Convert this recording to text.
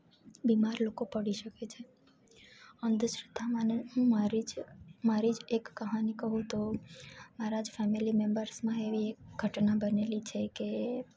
બીમાર લોકો પડી શકે છે અંધશ્રદ્ધામાંને હું મારી જ મારી જ એક કહાની કહું તો મારા જ ફેમેલી મેમ્બર્સમાં એવી એક ઘટના બનેલી છે કે